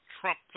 Trump